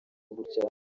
gutya